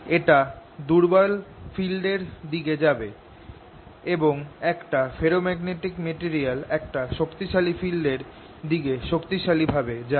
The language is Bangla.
এটা দুর্বল ফিল্ড এর দিকে যাবে এবং একটা ফেরোম্যাগনেটিক মেটেরিয়াল একটা শক্তিশালি ফিল্ড এর দিকে শক্তিশালী ভাবে যায়